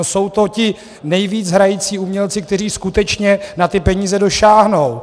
Jsou to ti nejvíc hrající umělci, kteří skutečně na ty peníze dosáhnou.